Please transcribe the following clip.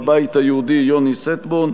הבית היהודי: יוני שטבון.